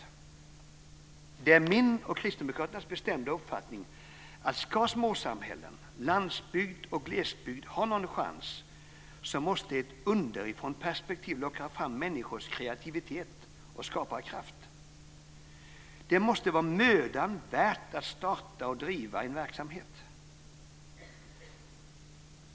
Det är min och kristdemokraternas bestämda uppfattning att om småsamhällen, landsbygd och glesbygd ska ha någon chans måste ett underifrånperspektiv locka fram människors kreativitet och skaparkraft. Det måste vara mödan värt att starta och driva en verksamhet.